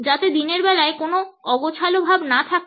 যাতে দিনের বেলায় কোনো অগোছালো ভাব না থাকে